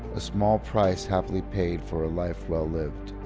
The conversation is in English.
a small price happily paid for a life well lived.